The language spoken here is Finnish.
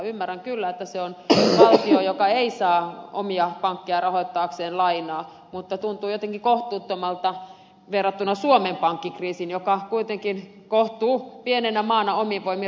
ymmärrän kyllä että se on valtio joka ei saa omia pankkejaan rahoittamaan lainaa mutta tuntuu jotenkin kohtuuttomalta verrattuna suomen pankkikriisiin joka kuitenkin kohtuu pienenä maana omin voimin ratkaistiin